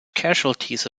casualties